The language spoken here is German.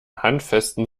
handfesten